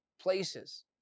places